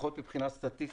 לפחות מבחינה סטטיסטית,